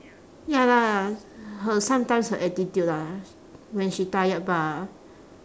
ya lah her sometimes her attitude lah when she tired bah